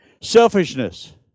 Selfishness